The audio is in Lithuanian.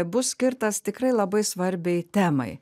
bus skirtas tikrai labai svarbiai temai